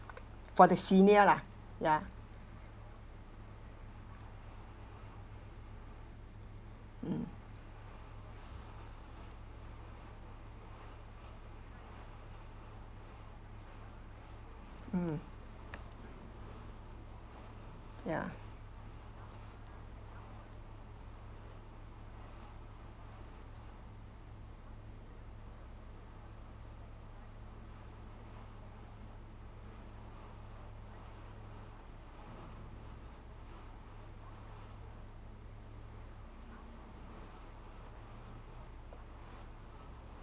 for the senior lah ya mm mm ya